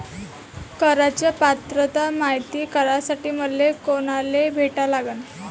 कराच पात्रता मायती करासाठी मले कोनाले भेटा लागन?